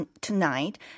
tonight